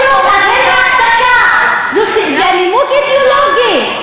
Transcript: זה נימוק אידיאולוגי.